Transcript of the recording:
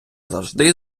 завжди